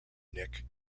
nick